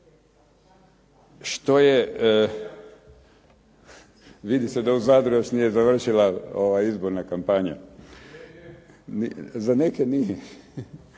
što je, vidi se da u Zadru još nije završila ova izborna kampanja. …/Upadica: